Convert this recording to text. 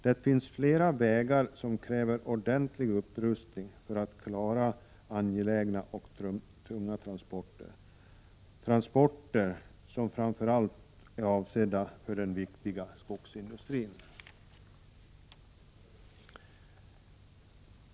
Det finns flera vägar som kräver ordentlig upprustning för att klara angelägna och tunga transporter, framför allt avsedda för den viktiga skogsindustrin.